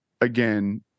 again